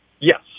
Yes